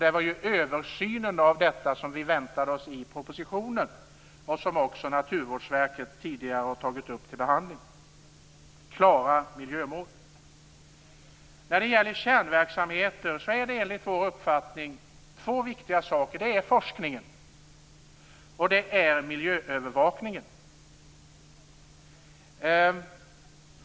Det var översynen av detta som vi väntade oss i propositionen, och det var det som också Naturvårdsverket tidigare har tagit upp till behandling. Vi måste ha klara miljömål. Kärnverksamheten innefattar enligt vår uppfattning två viktiga saker, nämligen forskningen och miljöövervakningen.